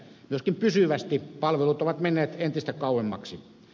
myöskin pysyvästi palvelut ovat menneet entistä kauemmaksi